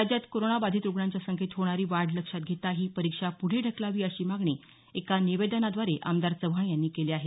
राज्यात कोरोना बाधित रुग्णांच्या संख्येत होणारी वाढ लक्षात घेता ही परीक्षा पुढे ढकलावी अशी मागणी एका निवेदनाद्वारे आमदार चव्हाण यांनी केली आहे